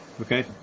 okay